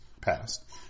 past